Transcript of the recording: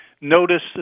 notice